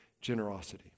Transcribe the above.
generosity